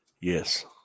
Yes